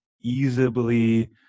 easily